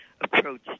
approach